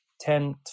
ten